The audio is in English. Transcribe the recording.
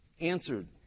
answered